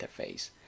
interface